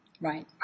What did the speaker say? right